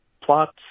plots